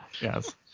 Yes